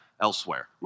elsewhere